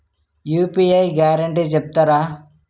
UPI guarantee చెప్తారా?